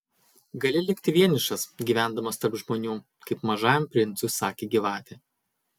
gali likti vienišas gyvendamas tarp žmonių kaip mažajam princui sakė gyvatė